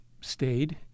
stayed